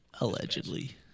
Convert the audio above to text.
Allegedly